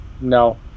no